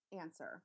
answer